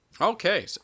Okay